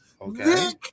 Okay